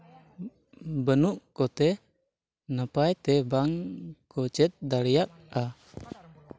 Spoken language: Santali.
ᱵᱟᱹᱱᱩᱜ ᱠᱚᱛᱮ ᱱᱟᱯᱟᱭ ᱛᱮ ᱵᱟᱝᱠᱚ ᱪᱮᱫ ᱫᱟᱲᱮᱭᱟᱜᱼᱟ